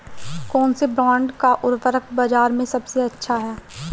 कौनसे ब्रांड का उर्वरक बाज़ार में सबसे अच्छा हैं?